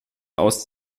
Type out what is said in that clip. aus